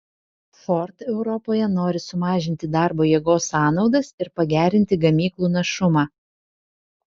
ford europoje nori sumažinti darbo jėgos sąnaudas ir pagerinti gamyklų našumą